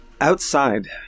Outside